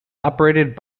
operated